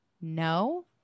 No